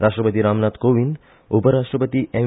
राष्ट्रपती रामनाथ कोविंद उपराष्ट्रपती एम